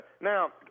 Now